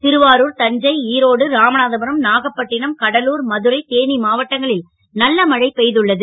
ருவா ருர் தஞ்சை ஈரோடு ராமநாதபுரம் நாகப்பட்டினம் கடலூர் மதுரை தேனீ மாவட்டங்களில் நல்ல மழை பெ துள்ளது